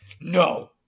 no